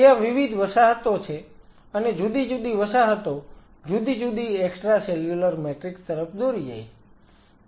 ત્યાં વિવિધ વસાહતો છે અને જુદી જુદી વસાહતો જુદી જુદી એક્સ્ટ્રાસેલ્યુલર મેટ્રિક્સ તરફ દોરી જાય છે